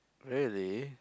really